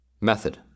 Method